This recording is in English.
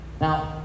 Now